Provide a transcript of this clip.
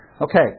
Okay